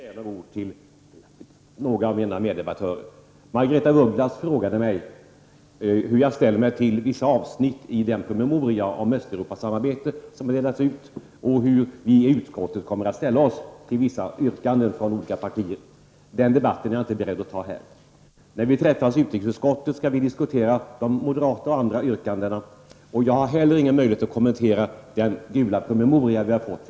Herr talman! Vi kom överens om att jag skulle avvakta en hel utskottsrunda innan jag begärde replik, och jag vill säga några ord till några av mina meddebattörer. Margaretha af Ugglas frågade mig hur jag ställer mig till vissa avsnitt i den promemoria om Östeuropasamarbetet som har delats ut och hur vi i utskottet kommer att ställa oss till vissa yrkanden från olika partier. Den debatten är jag inte beredd att ta här. När vi träffas i utrikesutskottet skall vi diskutera moderata och andra yrkanden. Jag har heller ingen möjlighet att kommentera den gula promemoria vi har fått.